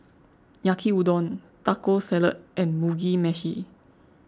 Yaki Udon Taco Salad and Mugi Meshi